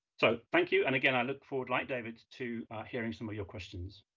so thank you, and again, i look forward, like david, to hearing some of your questions.